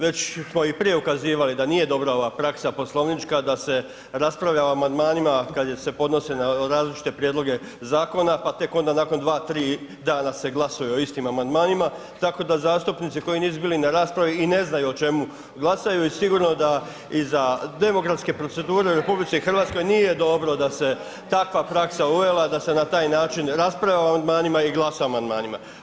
Već smo i prije ukazivali da nije dobra ova praksa Poslovnička da se raspravlja o amandmanima kad se podnose na različite prijedloga zakona, pa tek onda na nakon 2, 3 dana se glasuje o istim amandmanima, tako da zastupnici koji nisu bili na raspravi i ne znaju o čemu glasaju i sigurno i da za demografske procedure u RH nije dobro da se takva praksa uvela da se na taj način raspravljala o amandmanima i glasa o amandmanima.